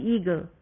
eagle